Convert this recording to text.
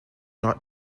not